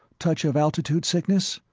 touch of altitude sickness?